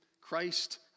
Christ